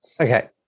Okay